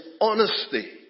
honesty